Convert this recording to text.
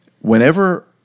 whenever